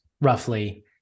roughly